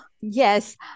Yes